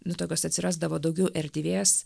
nu tokios atsirasdavo daugiau erdvės